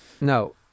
No